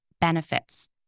benefits